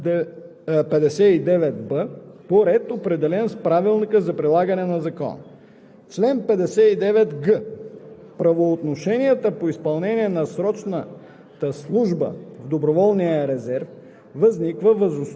(2) Длъжностите по ал. 1 се заемат от български граждани, които отговарят на изискванията на чл. 59б, по ред, определен с правилника за прилагането на закона.